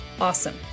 Awesome